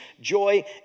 joy